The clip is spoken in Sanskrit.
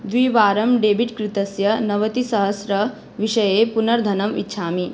द्विवारं डेबिट् कृतस्य नवतिसहस्रविषये पुनर्धनम् इच्छामि